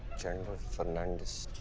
chandler fernandes?